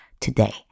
today